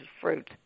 fruit